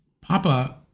Papa